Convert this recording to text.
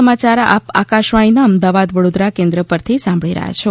આ સમાચાર આપ આકાશવાણીના અમદાવાદ વડોદરા કેન્દ્ર પરથી સાંભળી રહ્યા છો